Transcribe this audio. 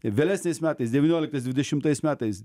vėlesniais metais devynioliktais dvidešimtais metais